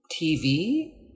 TV